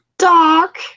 Doc